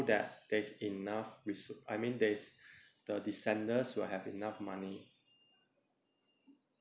that there's enough res~ I mean there's the descendants will have enough money